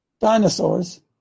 Dinosaurs